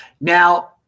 Now